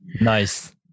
nice